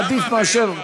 זה עדיף מאשר,